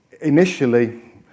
Initially